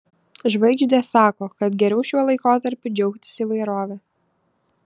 žvaigždės sako kad geriau šiuo laikotarpiu džiaugtis įvairove